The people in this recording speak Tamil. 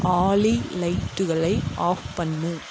ஆலி லைட்டுகளை ஆஃப் பண்ணு